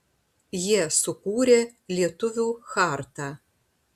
jie sukūrė lietuvių chartą